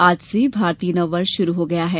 आज से भारतीय नववर्ष शुरू होगया है